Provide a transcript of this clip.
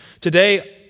Today